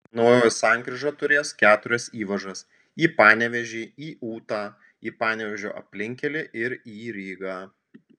naujoji sankryža turės keturias įvažas į panevėžį į ūtą į panevėžio aplinkkelį ir į rygą